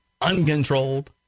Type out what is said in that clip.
uncontrolled